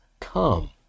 come